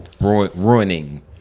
ruining